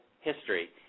history